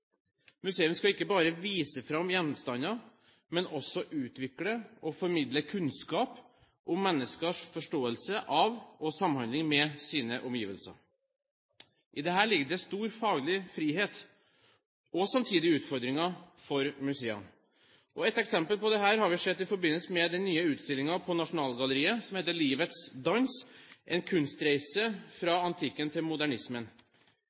skal ikke bare vise fram gjenstander, men også utvikle og formidle kunnskap om menneskers forståelse av og samhandling med sine omgivelser. I dette ligger det stor faglig frihet og samtidig utfordringer for museene. Ett eksempel på dette har vi sett i forbindelse med den nye utstillingen på Nasjonalgalleriet, som heter «Livets dans. Samlingen fra antikken til 1950» – en kunstreise fra antikken til modernismen.